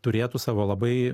turėtų savo labai